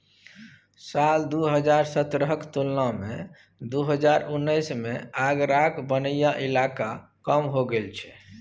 साल दु हजार सतरहक तुलना मे दु हजार उन्नैस मे आगराक बनैया इलाका कम हो गेल छै